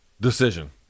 Decision